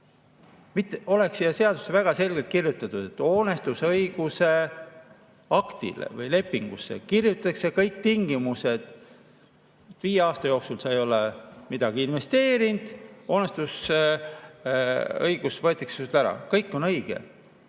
... Oleks siia seadusesse väga selgelt kirjutatud, et hoonestusõiguse aktile või lepingusse kirjutatakse kõik tingimused: viie aasta jooksul sa ei ole midagi investeerinud, hoonestusõigus võetakse sinult ära. Kõik oleks õige.